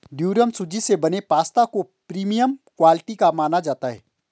durum सूजी से बने पास्ता को प्रीमियम क्वालिटी का माना जाता है